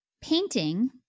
Painting